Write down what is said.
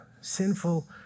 sinful